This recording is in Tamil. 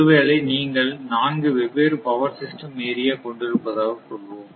ஒருவேளை நீங்கள் நான்கு வெவ்வேறு power system area Power system area கொண்டிருப்பதாகக் கொள்வோம்